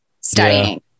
studying